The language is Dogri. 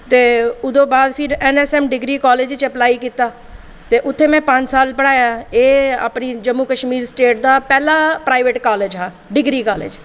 ते ओह्दे बाद एनएसएम डिग्री कॉलेज च अप्लाई कीता उत्थें में पंज साल पढ़ाया एह् अपनी जम्मू कश्मीर स्टेट दा पैह्ला प्राइवेट कॉलेज हा डिग्री कॉलेज